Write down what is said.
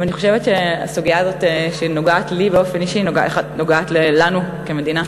אני חושבת שהסוגיה הזאת שנוגעת לי באופן אישי נוגעת לנו כמדינה,